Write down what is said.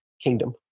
kingdom